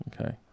Okay